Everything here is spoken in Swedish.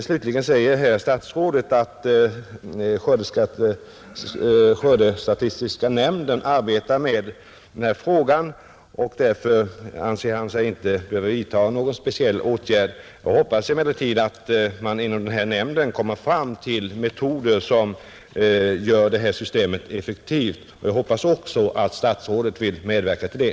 Slutligen säger statsrådet, att skördestatistiska nämnden arbetar med denna fråga, och därför anser han sig inte behöva vidtaga någon speciell åtgärd. Jag hoppas emellertid att man inom nämnden kommer fram till metoder som gör systemet effektivt, och jag hoppas också att statsrådet vill medverka till det.